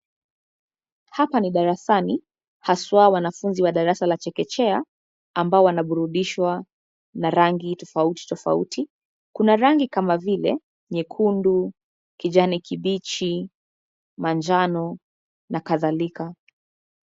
Hapa ni darasani haswa wanafunzi wa darasa la chekechea, ambao wanaburudishwa na rangi tofauti tofauti. Kuna rangi kama vile nyekundu, kijani kibichi, manjano na kadhalika.